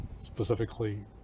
specifically